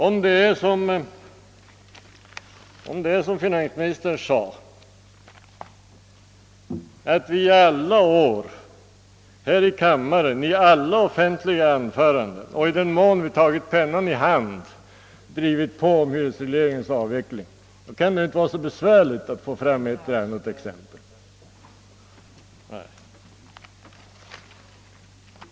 Om det är som finansministern sade, att vi i alla år här i kammaren, i alla offentliga anföranden och i den mån vi tagit pennan i hand drivit på frågan om hyresregleringens avveckling, kan det ju inte vara så be svärligt att få fram ett och annat exempel.